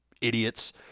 idiots